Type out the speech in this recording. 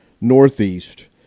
Northeast